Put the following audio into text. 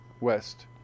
west